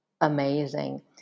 amazing